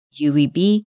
UVB